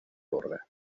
borda